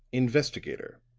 investigator,